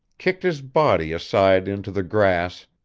kicked his body aside into the grass,